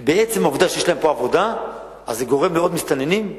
כי עצם העובדה שיש להם פה עבודה גורם לעוד מסתננים.